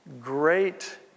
great